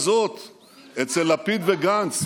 אצל לפיד וגנץ.